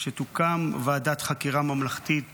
שתוקם ועדת חקירה ממלכתית